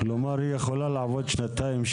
כלומר היא יכולה לעבוד שנתיים,